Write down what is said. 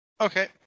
Okay